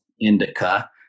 indica